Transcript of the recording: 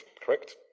correct